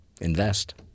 Invest